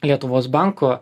lietuvos banko